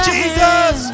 Jesus